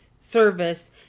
service